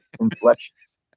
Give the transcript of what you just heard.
inflections